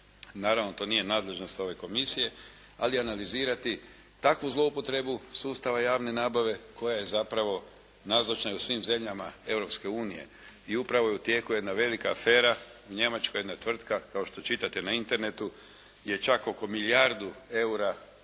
naravno to nije nadležnost ove komisije ali analizirati takvu zloupotrebu sustava javne nabave koja je zapravo nazočna i u svim zemljama Europske unije. I upravo je u tijeku jedna velika afera njemačka jedna tvrtka kao što čitati na internetu je čak oko milijardu eura investirala